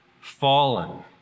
fallen